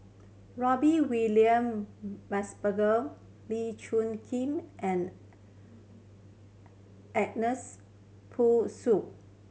William Mosbergen Lee Choon Kee and Ernest